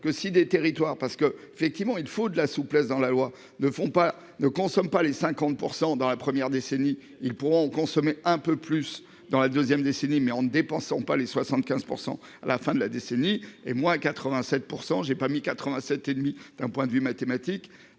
que si des territoires parce que effectivement il faut de la souplesse dans la loi ne font pas, ne consomment pas les 50%. Dans les premières décennies ils pourront consommer un peu plus dans la 2ème décennie mais on ne dépensant pas les 75% à la fin de la décennie et moi à 87%, j'ai pas mis 87 et demi d'un point de vue mathématique.